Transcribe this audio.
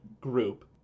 group